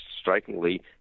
strikingly